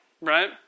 right